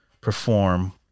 perform